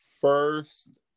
first